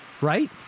Right